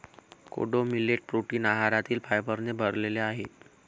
कोडो millet protein आहारातील फायबरने भरलेले आहे